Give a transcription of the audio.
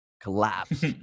collapsed